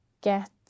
get